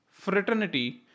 fraternity